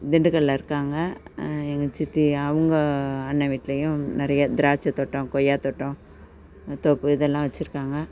திண்டுக்கல்ல இருக்காங்க எங்கள் சித்தி அவங்க அண்ண வீட்லையும் நிறைய திராட்சை தோட்டம் கொய்யா தோட்டம் தோப்பு இதெல்லாம் வச்சுருக்காங்க